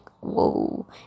whoa